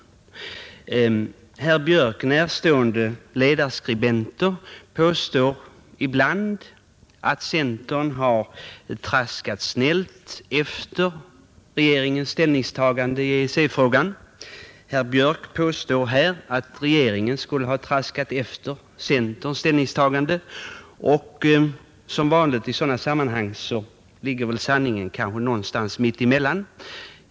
Herr Björk i Göteborg närstående ledarskribenter påstår ibland att centern har traskat snällt efter regeringens ställningstagande i EEC-frågan. Herr Björk påstår här att regeringen skulle ha traskat efter centerns ställningstagande. Som vanligt i sådana sammanhang ligger sanningen kanske någonstans emellan.